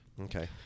Okay